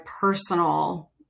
personal